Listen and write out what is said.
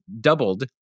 doubled